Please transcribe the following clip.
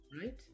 right